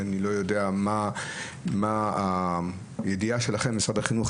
אני לא יודע האם משרד החינוך יודע,